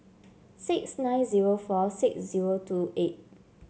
six nine zero four six zero two eight